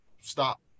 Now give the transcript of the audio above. stop